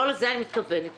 לא לזה אני מתכוונת,